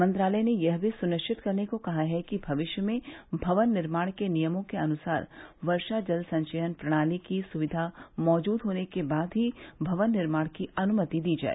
मंत्रालय ने यह भी सुनिश्चित करने को कहा है कि भविष्य में भवन निर्माण के नियमों के अनुसार वर्षा जल संचयन प्रणाली की सुविधा मौजूद होने के बाद ही भवन निर्माण की अनुमति दी जाए